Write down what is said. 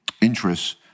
interests